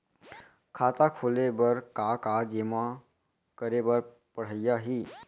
खाता खोले बर का का जेमा करे बर पढ़इया ही?